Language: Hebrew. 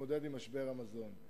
להתמודד עם משבר המזון.